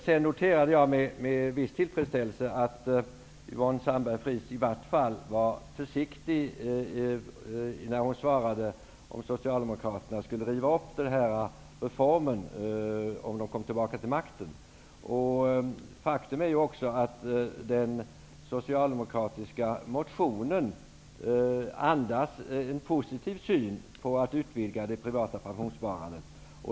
Jag noterade med viss tillfredsställelse att Yvonne Sandberg-Fries i vart fall var försiktig när hon svarade på frågan om Socialdemokraterna skulle riva upp reformen om de kom tillbaka till makten. Faktum är att den socialdemokratiska motionen andas en positiv syn på att utvidga det privata pensionssparandet.